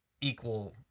equal